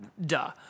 Duh